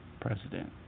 president